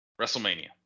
WrestleMania